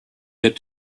yet